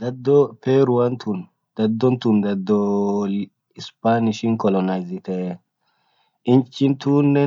Dado peru tuan tun dado spanishi colonizite inchi tunne